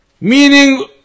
meaning